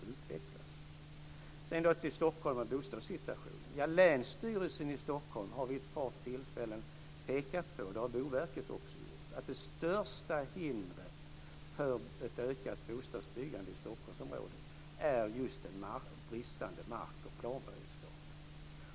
När det sedan gäller Stockholm och bostadssituationen har Länsstyrelsen i Stockholm vid ett par tillfällen pekat på, vilket också Boverket har gjort, att det största hindret för ett ökat bostadsbyggande i Stockholmsområdet är just en bristande mark och planberedskap.